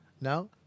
No